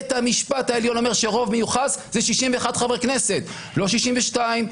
בית המשפט העליון אומר שרוב מיוחס זה 61 חברי כנסת לא 62,